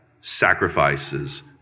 sacrifices